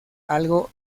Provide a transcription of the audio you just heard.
algo